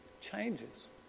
changes